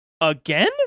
Again